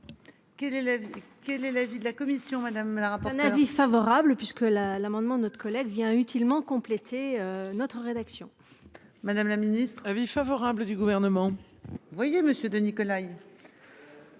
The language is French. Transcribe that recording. quel est l'avis de la commission. Selon Madame la Rap un avis favorable puisque la l'amendement notre collègue vient utilement compléter notre rédaction. Madame la Ministre, avis favorable du gouvernement. Vous voyez Monsieur de Nikolaï.